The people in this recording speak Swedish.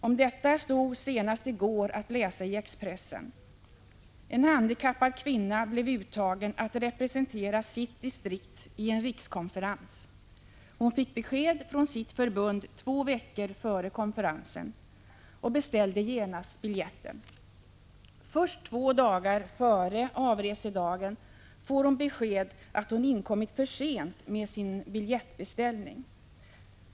Om detta stod senast i går att läsa i Expressen. En handikappad kvinna blev uttagen att representera sitt distrikt i en rikskonferens. Hon fick besked från sitt förbund två veckor före konferensen och beställde genast biljett. Först två dagar före avresedagen fick hon besked att hon inkommit för sent med sin biljettbeställning.